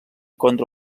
contra